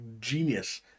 genius